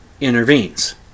intervenes